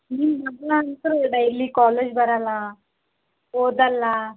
ನಿಮ್ಮ ಮಗ ಅಂತು ಡೈಲಿ ಕಾಲೇಜ್ ಬರೋಲ್ಲ ಓದಲ್ಲ